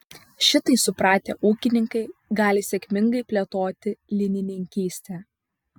šitai supratę ūkininkai gali sėkmingai plėtoti linininkystę